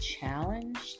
challenged